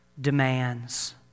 demands